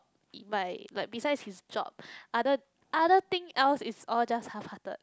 like like besides his job other other thing else is just all halfhearted